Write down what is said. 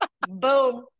Boom